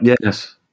yes